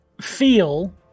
feel